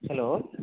hello